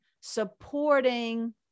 supporting